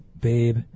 babe